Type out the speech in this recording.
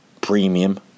premium